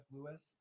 Lewis